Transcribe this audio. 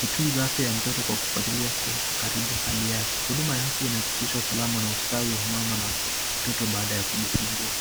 kutunza afya ya mtoto kwa kufuatilia kuwa karibu hali yake, huduma ya afya unahakikishwa usalama na hospitali wa mama na mtoto baada ya kujifunguwa.